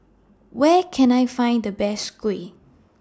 Where Can I Find The Best Kuih